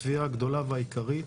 זו התביעה הגדולה והעיקרית